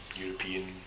European